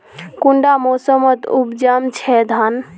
कुंडा मोसमोत उपजाम छै धान?